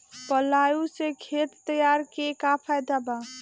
Plough से खेत तैयारी के का फायदा बा?